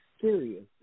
serious